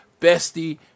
bestie